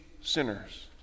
sinners